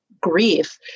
grief